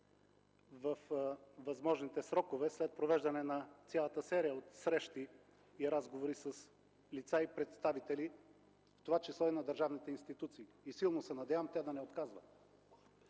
във възможните срокове, след провеждането на цялата серия от срещи и разговори с лица и представители, в това число и на държавните институции и силно се надявам те да не отказват.